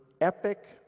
epic